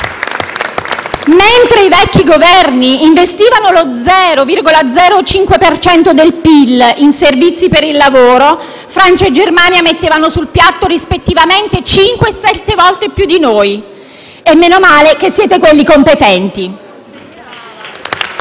mentre i vecchi Governi investivano lo 0,05 per cento del PIL in servizi per il lavoro, Francia e Germania mettevano sul piatto rispettivamente cinque e sette volte più di noi. E meno male che siete quelli competenti.